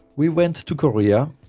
we went to korea,